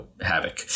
havoc